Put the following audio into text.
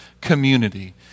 community